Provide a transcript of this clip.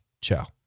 Ciao